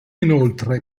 inoltre